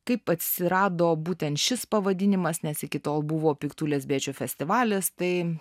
kaip atsirado būtent šis pavadinimas nes iki tol buvo piktų lesbiečių festivalis tai